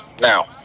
now